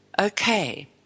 Okay